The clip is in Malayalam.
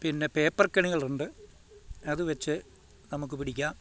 പിന്നെ പേപ്പർ കെണികളുണ്ട് അത് വെച്ച് നമുക്ക് പിടിക്കാം